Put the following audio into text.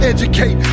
Educate